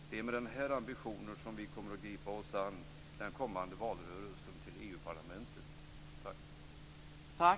Det är med denna ambition som vi kommer att gripa oss an den kommande valrörelsen inför valet till EU